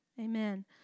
Amen